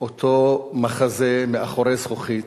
אותו מחזה, מאחורי זכוכית,